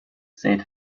said